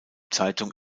zeitung